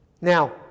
Now